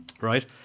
Right